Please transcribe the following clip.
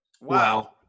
Wow